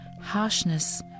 harshness